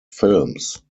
films